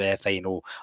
final